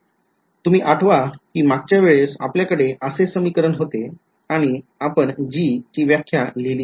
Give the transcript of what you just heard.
तुम्ही आठवा कि मागच्या वेळेस आपल्याकडे असे समीकरण होते आणि आपण g ची व्याख्या लिहिली होती